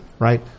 right